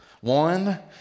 One